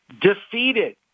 defeated